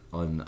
on